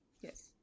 Yes